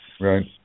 Right